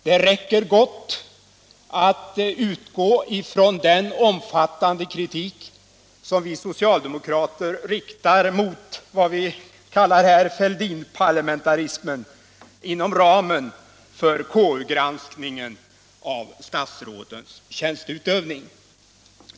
Det räcker gott att utgå från den omfattande kritik som vi socialdemokrater riktar mot vad vi här kallar Fälldinparlamentarismen inom ramen för KU-granskningen av statsrådens tjänsteutövning.